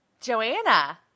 Joanna